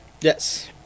Yes